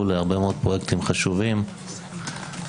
להרבה מאוד פרויקטים חשובים בחינוך,